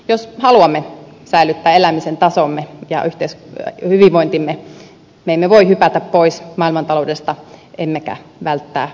jos haluamme säilyttää elämisen tasomme ja hyvinvointimme me emme voi hypätä pois maailmantaloudesta emmekä välttää vastuitamme